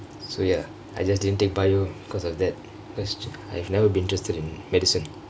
so ya I just didn't take bio because of that I've never been interested in medicine